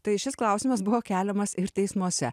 tai šis klausimas buvo keliamas ir teismuose